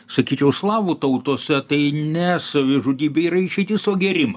sakyčiau slavų tautose tai ne savižudybė yra išeitis o gėrima